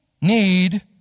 need